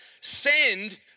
send